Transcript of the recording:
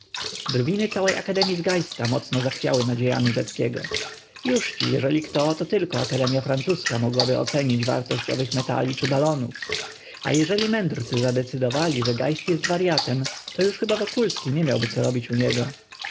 drwiny całej akademii z geista mocno zachwiały nadziejami rzeckiego jużci jeżeli kto to tylko akademia francuska mogłaby ocenić wartość owych metali czy balonów a jeżeli mędrcy zadecydowali że geist jest waryatem to już chyba wokulski nie miałby co robić u niego